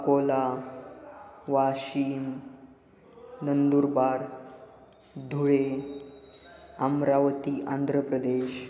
Akola Washim Nandurbar Dhule Amravati Andhra Pradesh